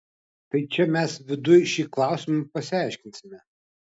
tai čia mes viduj šį klausimą pasiaiškinsime